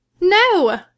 No